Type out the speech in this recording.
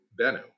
Bennu